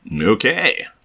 Okay